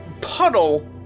puddle